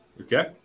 Okay